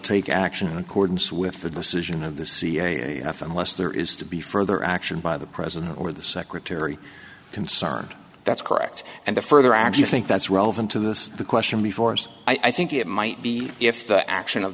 take action accordance with the decision of the sea a half unless there is to be further action by the president or the secretary concerned that's correct and the further as you think that's relevant to this the question before us i think it might be if the action of